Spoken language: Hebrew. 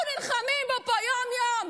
אנחנו נלחמים פה יום-יום.